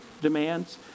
demands